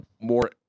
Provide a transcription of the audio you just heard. more